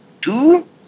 Two